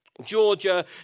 Georgia